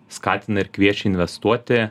skatina ir kviečia investuoti